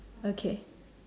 okay